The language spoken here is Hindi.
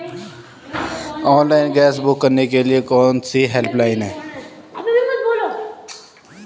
ऑनलाइन गैस बुक करने के लिए कौन कौनसी हेल्पलाइन हैं?